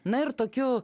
na ir tokiu